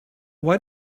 why